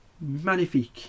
Magnifique